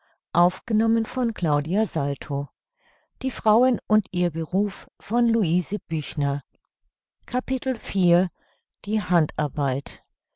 die ihr bei